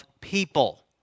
people